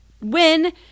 win